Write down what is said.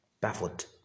baffled